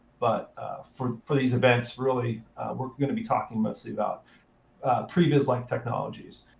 but for for these events really we're going to be talking mostly about previz-like technologies.